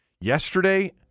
Yesterday